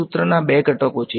સૂત્રના બે ઘટકો શું છે